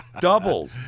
double